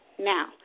Now